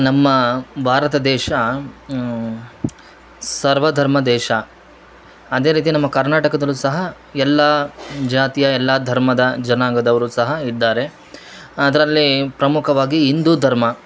ನಮ್ಮ ಭಾರತ ದೇಶ ಸರ್ವ ಧರ್ಮ ದೇಶ ಅದೇ ರೀತಿ ನಮ್ಮ ಕರ್ನಾಟಕದಲ್ಲೂ ಸಹ ಎಲ್ಲಾ ಜಾತಿಯ ಎಲ್ಲಾ ಧರ್ಮದ ಜನಾಂಗದವರು ಸಹ ಇದ್ದಾರೆ ಅದರಲ್ಲಿ ಪ್ರಮುಖವಾಗಿ ಹಿಂದೂ ಧರ್ಮ